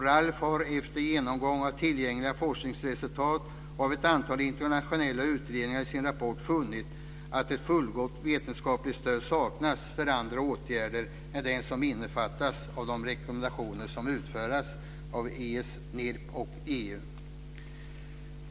RALF har efter en genomgång av tillgängliga forskningsresultat och av ett antal internationella utredningar i sin rapport funnit att fullgott vetenskapligt stöd saknas för andra åtgärder än dem som innefattas i de rekommendationer som utfärdats av ICNIRP och EU.